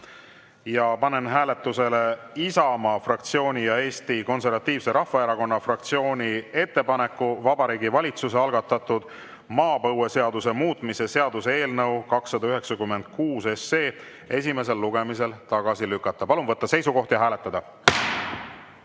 Panen hääletusele Isamaa fraktsiooni ja Eesti Konservatiivse Rahvaerakonna fraktsiooni ettepaneku Vabariigi Valitsuse algatatud maapõueseaduse muutmise seaduse eelnõu 296 esimesel lugemisel tagasi lükata. Palun võtta seisukoht ja hääletada!